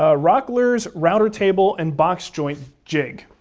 ah rockler's router table and box joint jig,